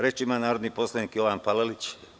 Reč ima narodni poslanik Jovan Palalić.